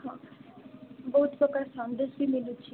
ହଁ ବହୁତ ପ୍ରକାର ସନ୍ଦେଶ ବି ମିଳୁଛି